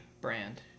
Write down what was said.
brand